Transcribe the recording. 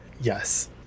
Yes